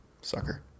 Sucker